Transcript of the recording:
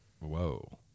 Whoa